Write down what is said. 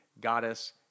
goddess